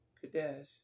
Kadesh